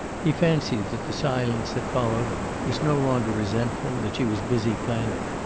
he fancied that the silence that followed was no longer resentful, that she was busily planning.